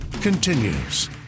continues